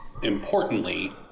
Importantly